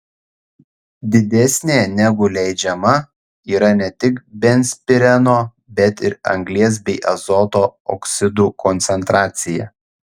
didesnė negu leidžiama yra ne tik benzpireno bet ir anglies bei azoto oksidų koncentracija